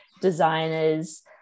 designers